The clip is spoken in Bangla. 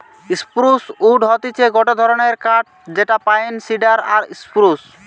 স্প্রুস উড হতিছে গটে ধরণের কাঠ যেটা পাইন, সিডার আর স্প্রুস